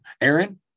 Aaron